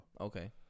Okay